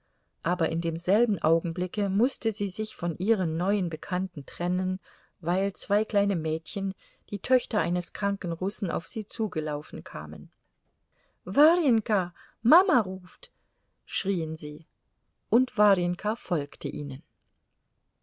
aber in demselben augenblicke mußte sie sich von ihren neuen bekannten trennen weil zwei kleine mädchen die töchter eines kranken russen auf sie zugelaufen kamen warjenka mama ruft schrien sie und warjenka folgte ihnen